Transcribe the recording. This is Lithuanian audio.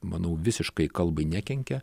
manau visiškai kalbai nekenkia